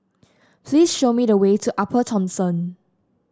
please show me the way to Upper Thomson